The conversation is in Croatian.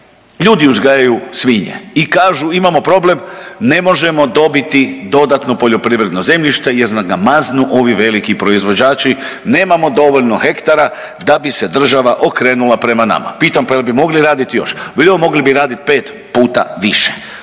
ljudi uzgajaju svinje i kažu imamo problem ne možemo dobiti dodatno poljoprivredno zemljište jer nam ga maznu ovi veliki proizvođači, nemamo dovoljno hektara da bi se država okrenula prema nama. Pitam pa jel bi mogli raditi još, veli on mogli bi raditi pet puta više.